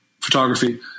photography